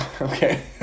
Okay